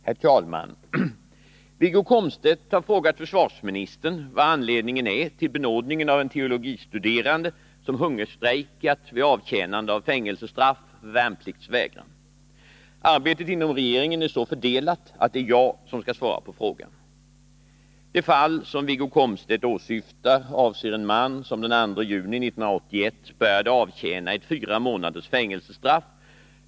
Herr talman! Wiggo Komstedt har frågat försvarsministern vad anledningen är till benådningen av en teologistuderande som hungerstrejkat vid avtjänande av fängelsestraff för värnpliktsvägran. Arbetet inom regeringen är så fördelat att det är jag som skall svara på frågan. Det fall som Wiggo Komstedt åsyftar avser en man som den 2 juni 1981 började avtjäna ett fyra månaders fängelsestraff.